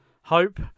hope